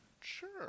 Sure